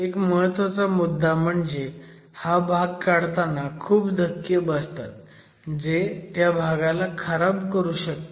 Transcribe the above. एक महत्वाचा मुद्दा म्हणजे हा भाग काढताना खूप धक्के बसतात जे त्या भागाला खराब करू शकतात